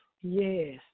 Yes